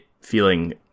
feeling